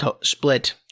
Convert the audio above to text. split